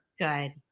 Good